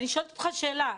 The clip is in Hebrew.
אני שואלת אותך שאלה.